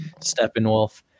Steppenwolf